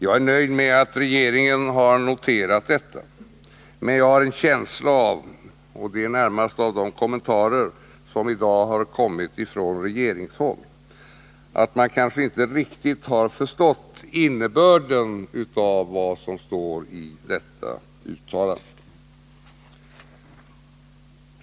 Jag är nöjd med att regeringen har noterat detta, men jag har en känsla av — och den är närmast föranledd av de kommentarer som i dag gjorts från regeringshåll — att man inte riktigt har förstått innebörden av vad som står i detta uttalande.